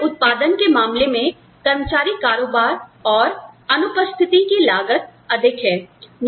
खोए हुए उत्पादन के मामले में कर्मचारी कारोबार और अनुपस्थिति की लागत अधिक है